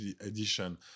edition